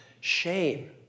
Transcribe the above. shame